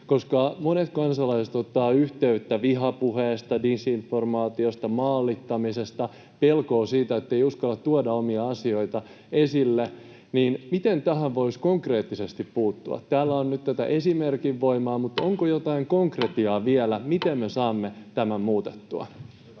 Monet kansalaiset ottavat yhteyttä vihapuheesta, disinformaatiosta, maalittamisesta, on pelkoa siitä, että ei uskalla tuoda omia asioita esille. Miten tähän voisi konkreettisesti puuttua? Täällä on nyt tätä esimerkin voimaa, mutta onko jotain konkretiaa vielä, miten me saamme tämän muutettua?